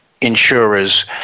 insurers